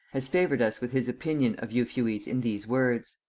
has favored us with his opinion of euphues in these words.